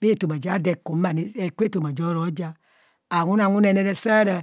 bhaetoma ja ado ekumani awunawune saa raa